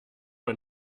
man